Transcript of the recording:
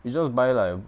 you just buy like